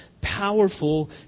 powerful